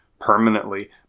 permanently